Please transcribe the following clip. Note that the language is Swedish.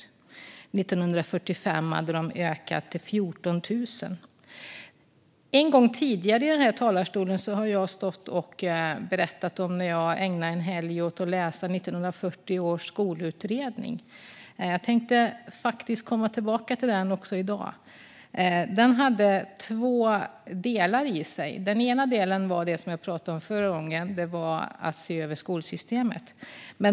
År 1945 hade antalet ökat till 14 000. En gång tidigare har jag stått i den här talarstolen och berättat om när jag ägnade en helg åt att läsa 1940 års skolutredning. Jag tänkte faktiskt komma tillbaka till den i dag. Den innehöll två delar. Den ena delen var det som jag pratade om förra gången: att se över skolsystemet.